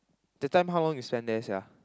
that time how long you spend there sia